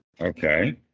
okay